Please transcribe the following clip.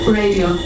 radio